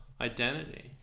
identity